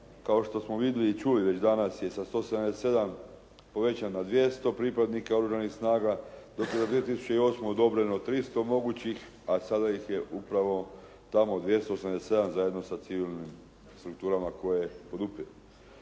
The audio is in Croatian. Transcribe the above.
kao što smo vidjeli i čuli već danas je sa 177 povećan na 200 pripadnika oružanih snaga dok je za 2008. odobreno 300 mogućih a sada ih je upravo tamo 287 zajedno sa civilnim strukturama koje podupiru.